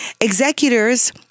Executors